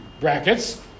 brackets